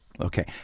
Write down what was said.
Okay